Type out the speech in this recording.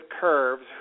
curves